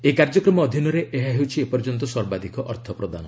ଏହି କାର୍ଯ୍ୟକ୍ରମ ଅଧୀନରେ ଏହା ହେଉଛି ଏପର୍ଯ୍ୟନ୍ତ ସର୍ବାଧିକ ଅର୍ଥ ପ୍ରଦାନ